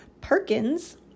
Perkins